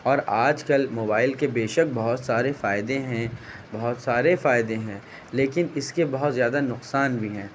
اور آج کل موبائل کے بے شک بہت سارے فائدے ہیں بہت سارے فائدے ہیں لیکن اس کے بہت زیادہ نقصان بھی ہیں